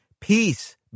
Peace